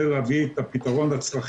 לקדם את זה.